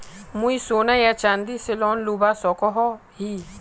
मुई सोना या चाँदी से लोन लुबा सकोहो ही?